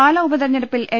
പാല ഉപതിരഞ്ഞെടുപ്പിൽ എൽ